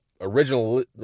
original